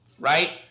Right